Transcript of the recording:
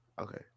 okay